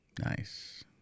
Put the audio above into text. Nice